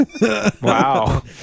Wow